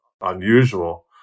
unusual